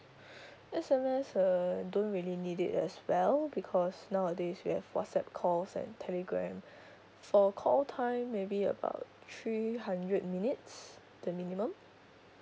S_M_S err don't really need it as well because nowadays we have WhatsApp calls and Telegram for call time maybe about three hundred minutes the minimum